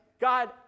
God